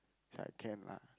say I can lah